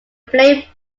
play